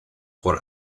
por